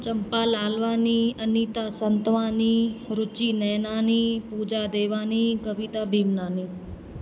Champa Lalwani Anita Santwani Ruchi Nainani Pooja Dewani Kavita Bhimnani